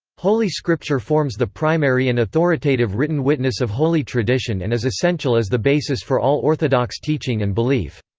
holy scripture forms the primary and authoritative written witness witness of holy tradition and is essential as the basis for all orthodox teaching and belief.